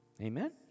Amen